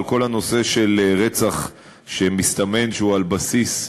אבל כל הנושא של רצח שמסתמן שהוא על בסיס,